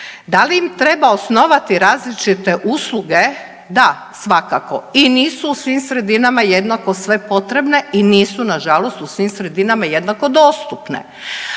Da li im treba osnovati različite usluge? Da, svakako i nisu u svim sredinama jednako sve potrebne i nisu nažalost u svim sredinama jednako dostupne,